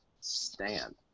stand